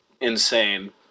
insane